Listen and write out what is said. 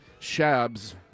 Shabs